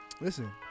Listen